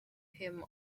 him